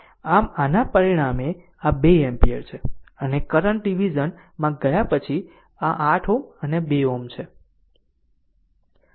આમ આના પરિણામે આ 2 એમ્પીયર છે અને કરંટ ડીવીઝન માં ગયા પછી આ 8 Ω આ 2 Ω છે